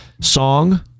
song